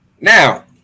Now